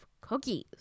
cookies